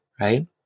right